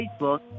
Facebook